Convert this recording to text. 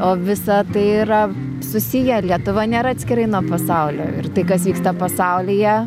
o visa tai yra susiję lietuva nėra atskirai nuo pasaulio ir tai kas vyksta pasaulyje